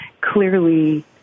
clearly